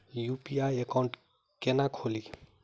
UPI account केना खोलि?